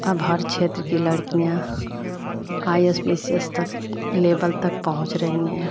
अब हर क्षेत्र की लड़कियाँ I S P C S तक लेबल तक पहुँच रही हैं